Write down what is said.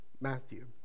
Matthew